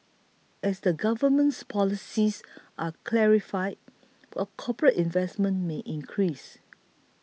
as the government's policies are clarified corporate investment may increase